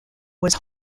was